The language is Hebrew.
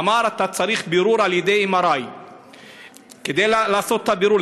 אמר: אתה צריך בירור על-ידי MRI. כדי לעשות את הבירור,